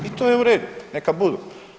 I to je u redu, neka budu.